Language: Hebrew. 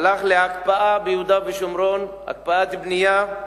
הלך להקפאה ביהודה ושומרון, הקפאת בנייה.